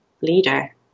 leader